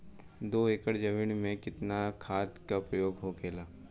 दो एकड़ जमीन में कितना खाद के प्रयोग होखेला?